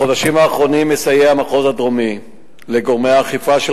בחודשים האחרונים מסייע המחוז הדרומי לגורמי האכיפה של